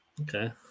Okay